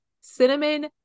cinnamon